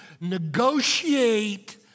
negotiate